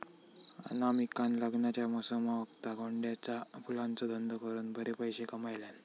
अनामिकान लग्नाच्या मोसमावक्ता गोंड्याच्या फुलांचो धंदो करून बरे पैशे कमयल्यान